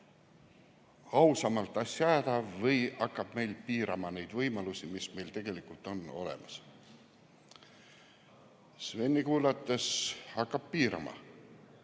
ausamalt asja ajada või hakkab piirama neid võimalusi, mis meil tegelikult on olemas? Sveni kuulates [selgus], et hakkab piirama.